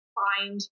find